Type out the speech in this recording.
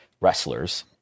wrestlers